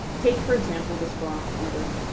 take for example the spirometer,